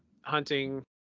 hunting